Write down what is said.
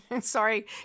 Sorry